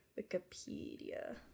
Wikipedia